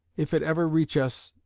if it ever reach us,